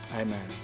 amen